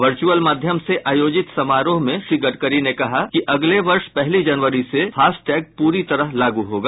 virtual माध्यम से आयोजित समारोह में श्री गडकरी ने कहा कि अगले वर्ष पहली जनवरी से फास्टैग प्ररी तरह लागू होगा